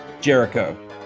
Jericho